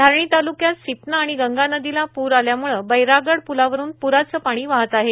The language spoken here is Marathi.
धारणी तालुक्यात सिपना आणि गंगा नदीला पूर आल्यामुळं बैरागड प्लावरून पूराचं पाणी वाहत आहे